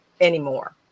anymore